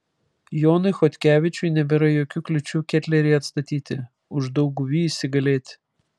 jonui chodkevičiui nebėra jokių kliūčių ketlerį atstatyti uždauguvy įsigalėti